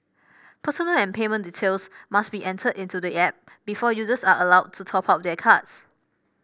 personal and payment details must be entered into the app before users are allowed to top up their cards